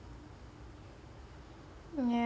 mm ya